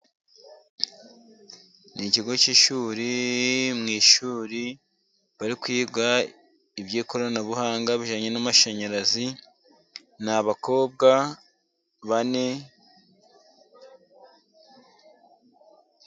Ni ikigo cy'ishuri, mu ishuri bari kwiga iby'ikoranabuhanga bijyanye n'amashanyarazi, ni abakobwa bane.